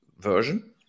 version